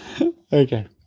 Okay